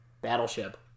Battleship